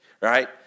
Right